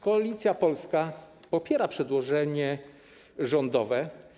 Koalicja Polska popiera przedłożenie rządowe.